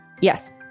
Yes